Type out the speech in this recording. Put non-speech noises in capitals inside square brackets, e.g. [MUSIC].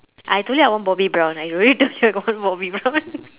I told you I want bobbi brown I already told you I got one bobbi brown [LAUGHS]